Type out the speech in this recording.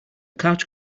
couch